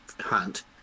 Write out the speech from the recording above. hunt